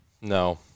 No